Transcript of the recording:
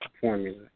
formula